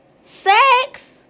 sex